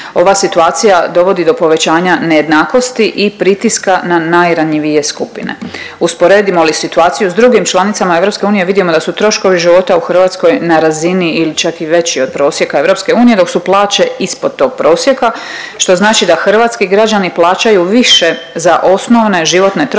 Ova situacija dovodi do povećanja nejednakosti i pritiska na najranjivije skupine. Usporedimo li situaciju s drugim članicama EU vidimo da su troškovi života u Hrvatskoj na razini ili čak i veći od prosjeka EU, dok su plaće ispod tog prosjeka što znači da hrvatski građani plaćaju više za osnovne životne troškove